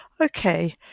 Okay